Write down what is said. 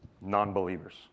non-believers